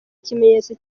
ikimenyetso